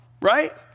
right